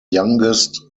youngest